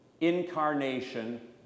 incarnation